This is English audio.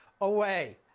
away